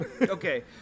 Okay